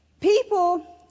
People